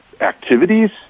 activities